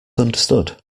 understood